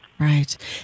Right